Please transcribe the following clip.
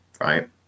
right